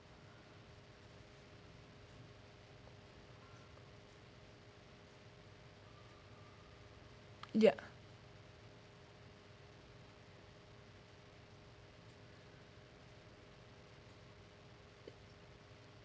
ya